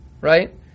right